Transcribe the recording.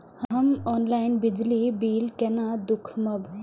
हम ऑनलाईन बिजली बील केना दूखमब?